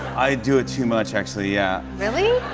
i do it too much, actually, yeah. really?